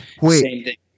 Wait